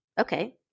Okay